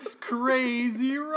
crazy